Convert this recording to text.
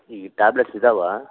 ಈ ಟ್ಯಾಬ್ಲೆಟ್ಸ್ ಇದಾವಾ